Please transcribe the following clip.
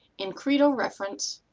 in credo reference,